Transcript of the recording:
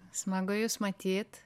smagu jus matyt